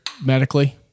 medically